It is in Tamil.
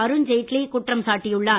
அருண்ஜேட்லி குற்றம் சாட்டியுள்ளார்